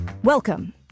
Welcome